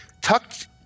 tucked